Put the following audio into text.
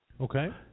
Okay